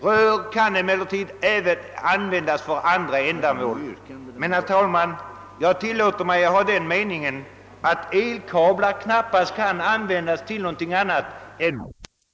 Rör kan emellertid användas även för andra ändamål. Men, herr talman, jag tillåter mig att ha den meningen att elkablar knappast kan användas till någonting annat än överförande av elektrisk energi — de är i varje fall mycket opraktiska att använda för andra ändamål!